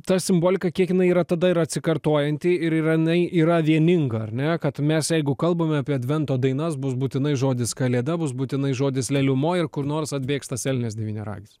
ta simbolika kiek jinai yra tada ir atsikartojanti ir ar jinai yra vieninga ar ne kad mes jeigu kalbame apie advento dainas bus būtinai žodis kalėda bus būtinai žodis leliumoj ir kur nors atbėgs tas elnias devyniaragis